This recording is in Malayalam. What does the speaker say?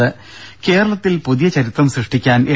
ദേദ കേരളത്തിൽ പുതിയ ചരിത്രം സൃഷ്ടിക്കാൻ എൽ